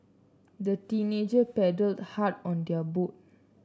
the teenager paddled hard on their boat